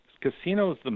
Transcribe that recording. casinos